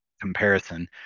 comparison